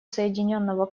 соединенного